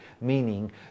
meaning